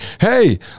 hey